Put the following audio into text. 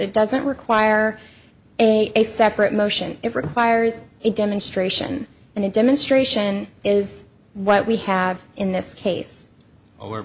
it doesn't require a separate motion it requires a demonstration and a demonstration is what we have in this case o